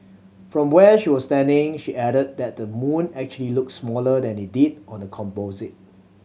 from where she was standing she added that the moon actually looked smaller than it did on the composite